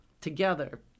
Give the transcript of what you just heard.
together